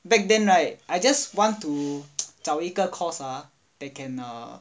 back then right I just want to 找一个 course ah that can err